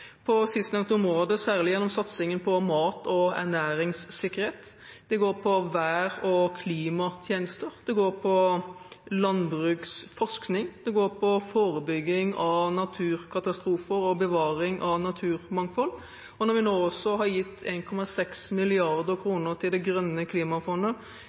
på sistnevnte område særlig gjennom satsingen på mat- og ernæringssikkerhet. Det går på vær- og klimatjenester, det går på landbruksforskning, det går på forebygging av naturkatastrofer og bevaring av naturmangfold, og når vi nå også har gitt 1,6 mrd. kr til Det grønne klimafondet,